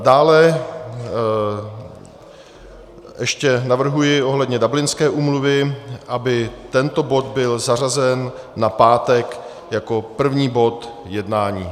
Dále ještě navrhuji ohledně Dublinské úmluvy, aby tento bod byl zařazen na pátek jako první bod jednání.